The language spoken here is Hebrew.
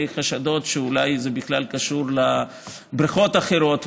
חשדות שאולי זה בכלל קשור לבריכות אחרות,